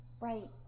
Right